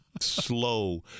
slow